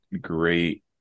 great